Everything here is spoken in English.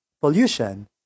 pollution